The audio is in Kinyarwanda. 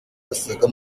basaga